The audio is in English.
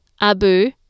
Abu